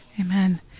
Amen